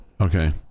okay